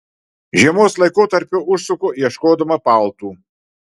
žiemos laikotarpiu užsuku ieškodama paltų